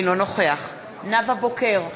אינו נוכח נאוה בוקר,